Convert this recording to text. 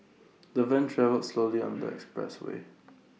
the van travelled slowly on the express way